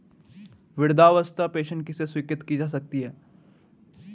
वृद्धावस्था पेंशन किसे स्वीकृत की जा सकती है?